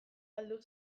galdu